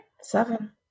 seven